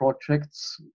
projects